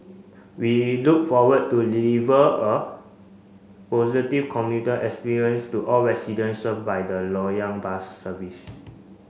we look forward to deliver a positive commuter experience to all residents served by the Loyang bus services